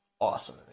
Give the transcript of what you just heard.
awesome